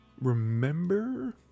remember